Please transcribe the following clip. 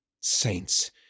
Saints